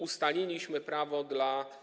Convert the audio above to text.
Ustaliliśmy prawo dla.